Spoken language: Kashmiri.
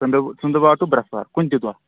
ژٔنٛدٕر ژٔنٛدٕروار تہٕ برٛیٚسوَار کُنہِ تہِ دۄہ